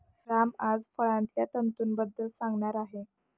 राम आज फळांतल्या तंतूंबद्दल सांगणार आहे